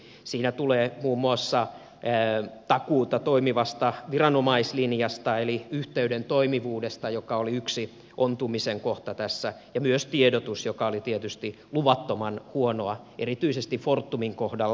siinä tulee muun muassa takuuta toimivasta viranomaislinjasta eli yhteyden toimivuudesta joka oli tässä yksi ontumisen kohta ja myös tiedotus joka oli tietysti luvattoman huonoa erityisesti fortumin kohdalla